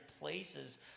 places